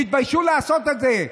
תתביישו לעשות את זה.